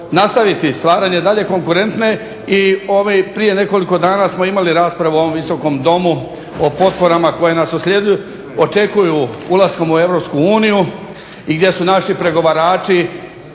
nastaviti stvaranje dalje konkurentne, prije nekoliko dana smo imali raspravu u ovom visokom domu o potporama koje nas očekuju ulaskom u europsku uniju i gdje su naši pregovarači